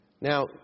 Now